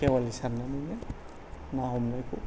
खेवालि सारनानैनो ना हमनायखौ